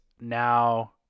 now